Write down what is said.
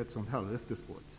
ett sådant löftesbrott.